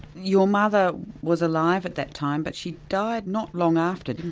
your mother was alive at that time, but she died not long after,